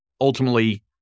Ultimately